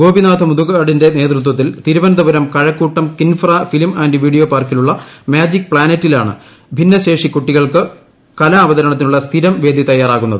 ഗോപിനാഥ് മുതുകാടിന്റെ നേതൃത്വത്തിൽ Thiruvananthapuram Kazhakkoottam Kinfra film and video പാർക്കിലുള്ള മാജിക് പ്ലാനറ്റിലാണ് ഭിന്നശേഷിക്കുട്ടികൾക്ക് കലാവതരണത്തിനുള്ള സ്ഥിരം വേദി തയ്യാറാകുന്നത്